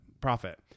profit